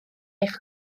eich